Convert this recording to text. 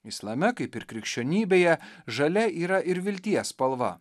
islame kaip ir krikščionybėje žalia yra ir vilties spalva